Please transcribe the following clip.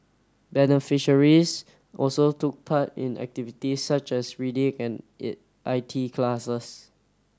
beneficiaries also took part in activities such as reading and it I T classes